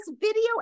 video